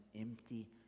empty